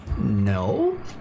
No